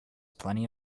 plenty